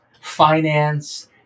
finance